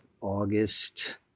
August